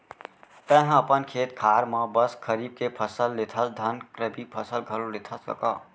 तैंहा अपन खेत खार म बस खरीफ के फसल लेथस धन रबि फसल घलौ लेथस कका?